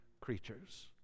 creatures